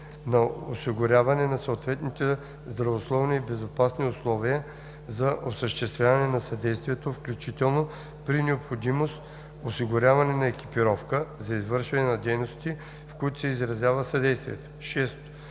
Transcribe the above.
на осигуряване на съответните здравословни и безопасни условия за осъществяване на съдействието, включително при необходимост, осигуряване на екипировка за извършване на дейностите, в които се изразява съдействието; 6.